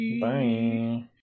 Bye